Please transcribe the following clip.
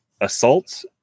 assault